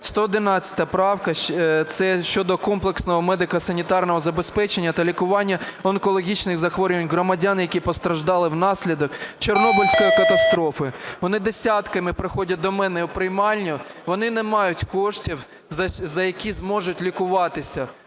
111 правка – це щодо комплексного медико-санітарного забезпечення та лікування онкологічних захворювань громадян, які постраждали внаслідок Чорнобильської катастрофи. Вони десятками приходять до мене в приймальню, вони не мають коштів, за які зможуть лікуватися.